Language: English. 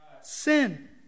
Sin